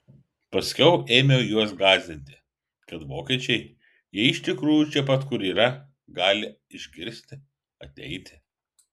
paskiau ėmė juos gąsdinti kad vokiečiai jei iš tikrųjų čia pat kur yra gali išgirsti ateiti